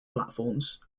platforms